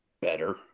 better